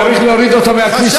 צריך להוריד אותו מהכביש,